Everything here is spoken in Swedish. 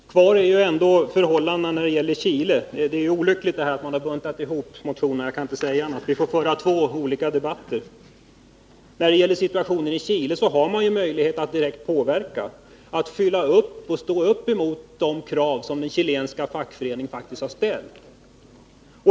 Herr talman! Kvar är ju ändå förhållandena när det gäller Chile. Det är olyckligt att utskottet har buntat ihop motionerna — vi får föra två olika debatter. Situationen i Chile finns det ju möjlighet att direkt påverka genom att uppfylla de krav som de chilenska fackföreningarna har ställt.